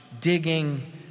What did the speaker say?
digging